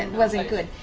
and wasn't good.